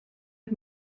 het